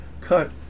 cut